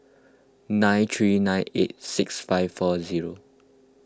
nine three nine eight six five four zero